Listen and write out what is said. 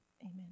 Amen